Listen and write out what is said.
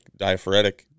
diaphoretic